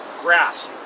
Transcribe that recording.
grass